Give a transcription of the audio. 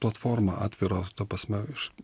platformą atvirą ta prasme iš